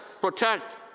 protect